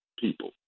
people